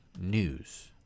news